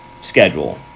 schedule